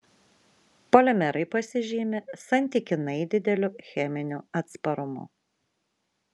polimerai pasižymi santykinai dideliu cheminiu atsparumu